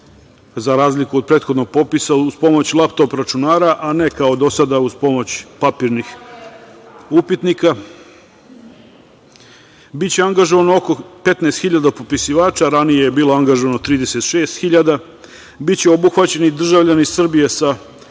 za razliku od prethodnog popisa, uz pomoć laptop računara, a ne kao do sada uz pomoć papirnih upitnika. Biće angažovano oko 15 hiljada popisivača, ranije je bilo angažovano 36 hiljada. Biće obuhvaćeni državljani Srbije sa